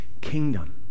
kingdom